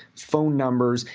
phone numbers,